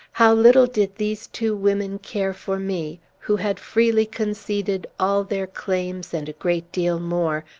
how little did these two women care for me, who had freely conceded all their claims, and a great deal more,